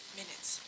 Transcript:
minutes